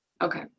okay